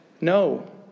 no